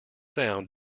sound